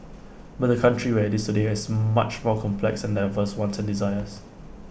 but the country where IT is today has much more complex and diverse wants and desires